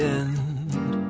end